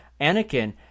Anakin